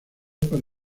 para